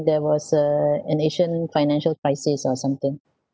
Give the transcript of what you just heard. there was uh an asian financial crisis or something